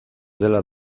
dela